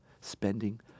spending